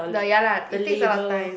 the ya lah it takes a lot of time